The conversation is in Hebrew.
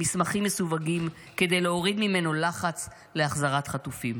מסמכים מסווגים כדי להוריד ממנו לחץ להחזרת חטופים".